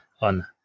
on